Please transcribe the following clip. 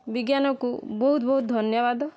ବିଜ୍ଞାନକୁ ବହୁତ ବହୁତ ଧନ୍ୟବାଦ